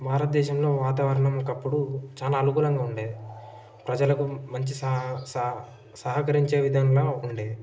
భారతదేశంలో వాతావరణం ఒకప్పుడు చాలా అనుకూలంగా ఉండేది ప్రజలకు మంచి సహకరించే విధంగా ఉండేది